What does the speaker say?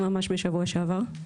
ממש בשבוע שעבר.